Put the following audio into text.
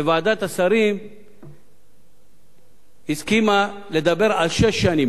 וועדת השרים הסכימה לדבר על שש שנים.